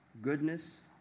goodness